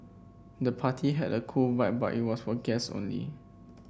the party had a cool vibe but was for guests only